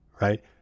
right